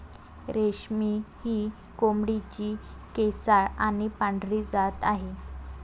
रेशमी ही कोंबडीची केसाळ आणि पांढरी जात आहे